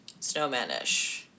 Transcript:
Snowmanish